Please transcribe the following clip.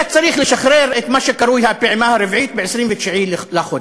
היה צריך לשחרר את מה שקרוי הפעימה הרביעית ב-29 לחודש.